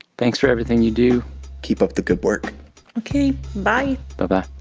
thanks for everything you do keep up the good work ok, bye bye, bye